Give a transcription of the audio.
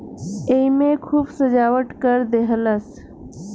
एईमे खूब सजावट कर देहलस